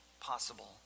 possible